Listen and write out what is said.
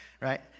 right